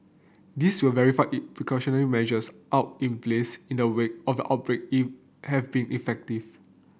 this will verify if precautionary measures out in place in the wake of the outbreak in have been effective